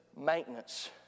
maintenance